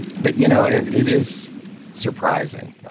but you know, it it is surprising,